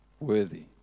worthy